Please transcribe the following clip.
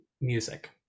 music